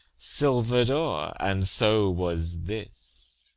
silver'd o'er, and so was this.